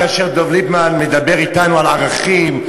כאשר דב ליפמן מדבר אתנו על ערכים,